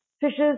fishes